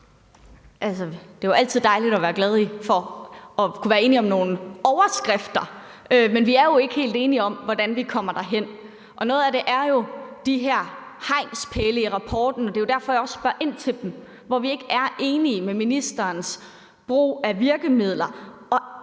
Det er jo altid dejligt at være glad for at kunne være enige om nogle overskrifter. Men vi er ikke helt enige om, hvordan vi kommer derhen. Noget af det er jo de her hegnspæle i rapporten – det er derfor, jeg også spørger ind til dem – hvor vi ikke er enige i ministerens brug af virkemidler.